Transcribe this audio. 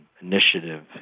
initiative